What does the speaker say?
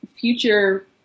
future